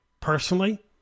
Personally